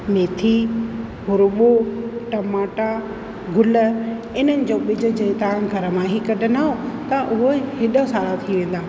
मेथी हुरिॿो टमाटा गुल इन्हनि जो ॿिजु जे तव्हां घर मां ई कढंदव त उहे हेॾा सारा थी वेंदा